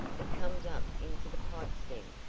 it comes up into the pipestem,